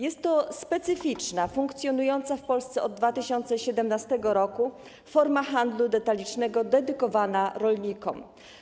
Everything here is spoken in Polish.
Jest to specyficzna, funkcjonująca w Polsce od 2017 r., forma handlu detalicznego dedykowana rolnikom.